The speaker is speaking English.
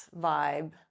vibe